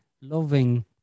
loving